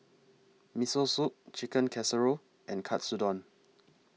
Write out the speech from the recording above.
Miso Soup Chicken Casserole and Katsudon